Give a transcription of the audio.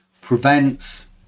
prevents